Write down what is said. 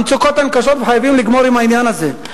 המצוקות הן קשות וחייבים לגמור עם העניין הזה.